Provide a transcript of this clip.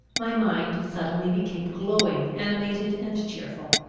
my mind suddenly became glowing, animated, and cheerful.